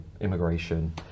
immigration